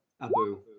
Abu